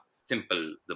Simple